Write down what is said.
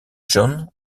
john